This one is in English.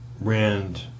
Rand